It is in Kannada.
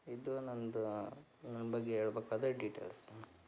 ಇದು ನಂದು ನನ್ನ ಬಗ್ಗೆ ಹೇಳ್ಬೇಕಾದರೆ ಡೀಟೇಲ್ಸ್